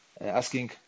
asking